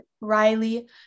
Riley